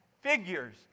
figures